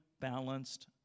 balanced